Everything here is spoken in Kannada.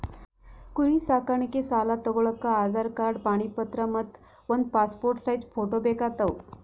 ಕುರಿ ಸಾಕಾಣಿಕೆ ಸಾಲಾ ತಗೋಳಕ್ಕ ಆಧಾರ್ ಕಾರ್ಡ್ ಪಾಣಿ ಪತ್ರ ಮತ್ತ್ ಒಂದ್ ಪಾಸ್ಪೋರ್ಟ್ ಸೈಜ್ ಫೋಟೋ ಬೇಕಾತವ್